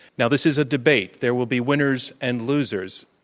now, this is a debate. there will be winners and losers,